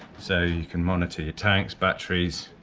so you can monitor your tanks, batteries,